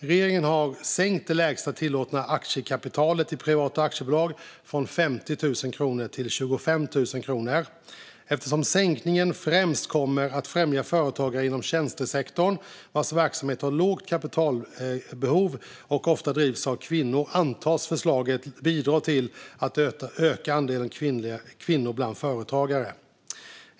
Regeringen har sänkt det lägsta tillåtna aktiekapitalet i privata aktiebolag från 50 000 kronor till 25 000 kronor. Eftersom sänkningen främst kommer att främja företagare inom tjänstesektorn vars verksamhet har ett lågt kapitalbehov och ofta drivs av kvinnor antas förslaget bidra till att öka andelen kvinnor bland företagare.